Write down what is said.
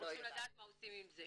אנחנו צריכים לדעת מה עושים עם זה.